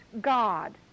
God